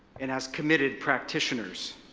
and as committed practitioners,